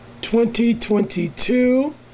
2022